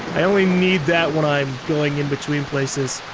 i only need that when i'm going in between places.